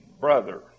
brother